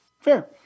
Fair